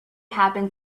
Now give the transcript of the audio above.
happened